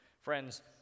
Friends